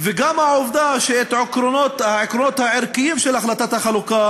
וגם העובדה שהעקרונות הערכיים של החלטת החלוקה